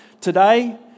Today